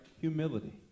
humility